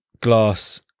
glass